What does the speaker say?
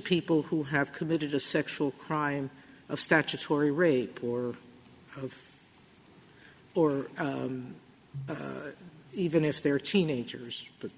people who have committed a sexual crime of statutory rape or or even if they're teenagers but